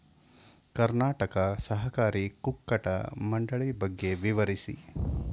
ಕರ್ನಾಟಕ ಸಹಕಾರಿ ಕುಕ್ಕಟ ಮಂಡಳಿ ಬಗ್ಗೆ ವಿವರಿಸಿ?